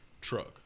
truck